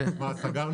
רון,